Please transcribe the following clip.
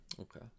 Okay